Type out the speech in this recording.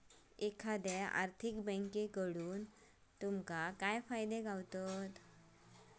एखाद्या आर्थिक बँककडना तुमका काय फायदे गावतत?